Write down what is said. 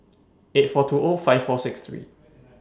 eight four two five four six three